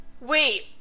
Wait